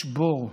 יש בור,